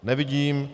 Nevidím.